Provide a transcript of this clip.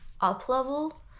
up-level